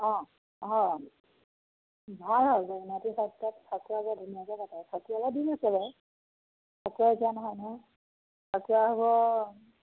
অঁ হয় ভাল হয় বেঙেনাআটী সত্ৰত ফাকুৱা বৰ ধুনীয়াকৈ পাতে ফাকুৱালৈ দিন আছে বাৰু ফকুৱা এতিয়া নহয় নহয় ফাকুৱা হ'ব